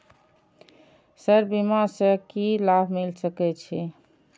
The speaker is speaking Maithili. सर बीमा से की लाभ मिल सके छी?